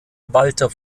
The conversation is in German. walter